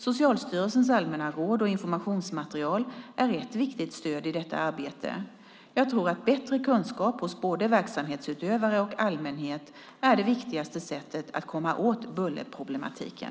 Socialstyrelsens allmänna råd och informationsmaterial är ett viktigt stöd i detta arbete. Jag tror att bättre kunskap hos både verksamhetsutövare och allmänhet är det viktigaste sättet att komma åt bullerproblematiken.